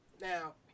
Now